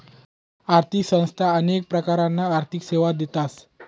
आर्थिक संस्था अनेक प्रकारना आर्थिक सेवा देतस